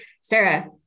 Sarah